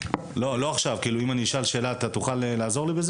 בסיסיים שיש לילדים שלא מגיעים למהירויות.